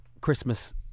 Christmas